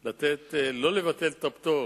לא לבטל את הפטור